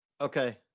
Okay